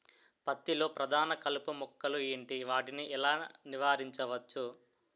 పత్తి లో ప్రధాన కలుపు మొక్కలు ఎంటి? వాటిని ఎలా నీవారించచ్చు?